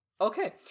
Okay